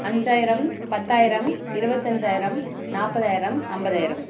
அஞ்சாயிரம் பத்தாயிரம் இருபத்தஞ்சாயிரம் நாற்பதாயிரம் ஐம்பதாயிரம்